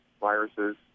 viruses